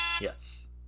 Yes